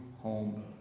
home